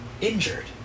injured